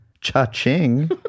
Cha-ching